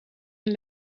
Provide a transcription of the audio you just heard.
een